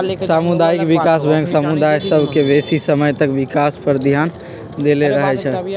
सामुदायिक विकास बैंक समुदाय सभ के बेशी समय तक विकास पर ध्यान देले रहइ छइ